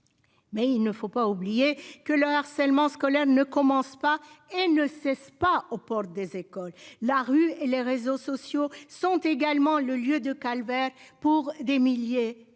Mais il ne faut pas oublier que le harcèlement scolaire ne commence pas et ne cesse pas aux portes des écoles la rue et les réseaux sociaux sont également le lieu de calvaire pour des milliers de